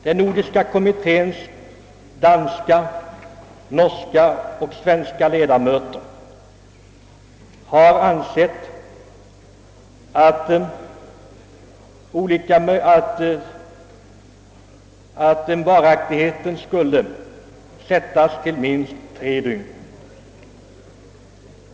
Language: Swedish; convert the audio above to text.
Den nordiska kommitténs danska, norska och svenska ledamöter har ansett att varaktigheten skulle sättas till minst tre dygn.